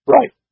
Right